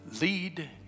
Lead